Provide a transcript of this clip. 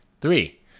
Three